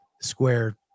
squared